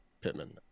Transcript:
Pittman